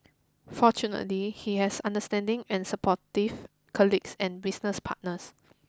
fortunately he has understanding and supportive colleagues and business partners